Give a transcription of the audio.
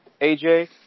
AJ